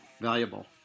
valuable